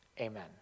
Amen